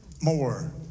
more